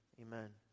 Amen